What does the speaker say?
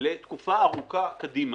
לתקופה ארוכה קדימה.